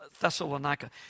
Thessalonica